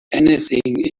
anything